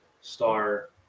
star